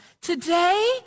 Today